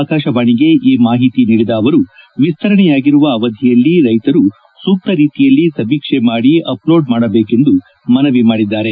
ಆಕಾಶವಾಣಿಗೆ ಈ ಮಾಹಿತಿ ನೀಡಿದ ಅವರು ವಿಸ್ತರಣೆಯಾಗಿರುವ ಅವಧಿಯಲ್ಲಿ ರೈತರು ಸೂಕ್ತ ರೀತಿಯಲ್ಲಿ ಸಮೀಕ್ಷೆ ಮಾಡಿ ಅಮ್ನೋಡ್ ಮಾಡಬೇಕೆಂದು ಮನವಿ ಮಾಡಿದ್ದಾರೆ